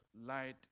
light